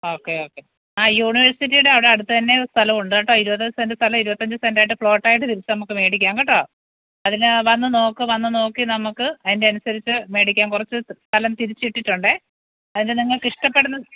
okay okay ആ യൂണിവേഴ്സിറ്റിയുടെ അവിടെ അടുത്തു തന്നെ സ്ഥലമുണ്ട് കേട്ടോ ഇരുപത് സെൻ്റ് സ്ഥലം ഇരുപത്തഞ്ച് സെൻറ്റായിട്ട് പ്ലോട്ടായിട്ട് തിരിച്ച് നമുക്ക് മേടിക്കാം കേട്ടോ അതിനു വന്നു നോക്ക് വന്നു നോക്കി നമുക്ക് അതിൻ്റെ അനുസരിച്ച് മേടിക്കാം കുറച്ച് സ്ഥലം തിരിച്ചിട്ടിട്ടുണ്ടേ അതിനു നിങ്ങൾക്ക് ഇഷ്ടപ്പെടുന്ന